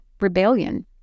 rebellion